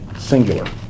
Singular